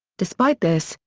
despite this,